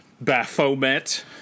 Baphomet